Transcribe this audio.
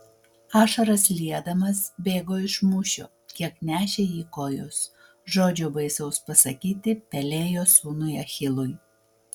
ašaras liedamas bėgo iš mūšio kiek nešė jį kojos žodžio baisaus pasakyti pelėjo sūnui achilui